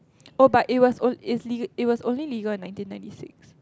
oh but it was oh is le~ it was only legal on nineteen ninety six